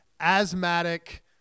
asthmatic